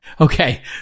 Okay